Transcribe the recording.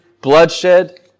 bloodshed